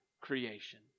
creation